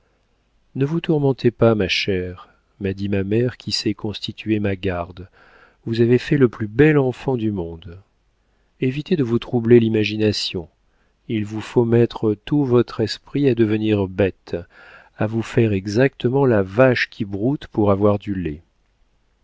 ne vous tourmentez pas ma chère m'a dit ma mère qui s'est constituée ma garde vous avez fait le plus bel enfant du monde évitez de vous troubler l'imagination il vous faut mettre tout votre esprit à devenir bête à vous faire exactement la vache qui broute pour avoir du lait